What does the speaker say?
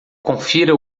confira